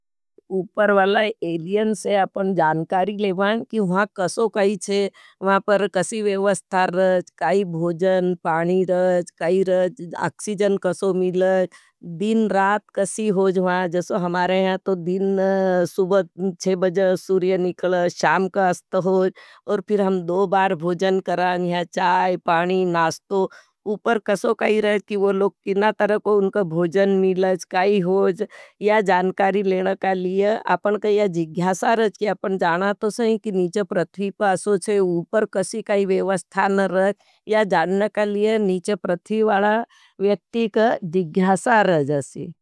उपर वालाई एलियन्स है, आपने जानकारी लेवाईं कि वहाँ कसो काई छे। वहाँ पर कसी वेवस्था रज, काई भोजन, पानी रज, काई रज। अक्सिजन कसो मिलज, दिन, रात कसी होज वहाँ, जैसे हमारे हैं। तो दिन सुबद छे बजर सूर्य निकल, शाम का अस्त ह होज, और फिर हम दो बार भोजन कराँ। यहाँ चाई, पानी, नास्तो, उपर कसो काई रज, कि वो लोग किना तरको उनका भोजन मिलज। काई होज, यहाँ जानकारी लेन का लिए, आपने का यहाँ जिग्ञासारज। कि आपने जाना तो सहीं, कि नीचे प्रत्वी पासो छे उपर कसी काई वेवस्था न रख। यहाँ जानकारी लेन, नीचे प्रत्वी वाला व्यक्तिक जिग्ञासारज असी।